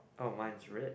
oh mine's red